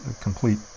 complete